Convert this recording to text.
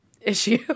issue